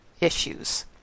issues